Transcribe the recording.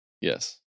Yes